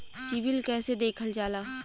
CIBIL कैसे देखल जाला?